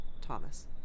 Thomas